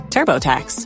TurboTax